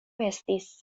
estis